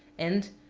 and,